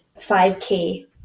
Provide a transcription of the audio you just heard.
5K